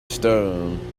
stone